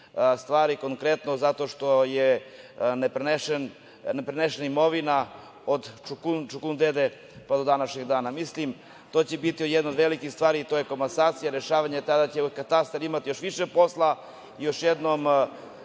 stvari, konkretno zato što je neprenesena imovina od čukundede pa do današnjih dana. To će biti jedna od velikih stvari, i to je komasacija, rešavanje, tada će katastar imati još više posla. Još jednom